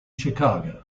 chicago